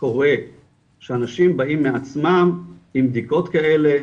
קורה שאנשים באים מעצמם עם בדיקות כאלה,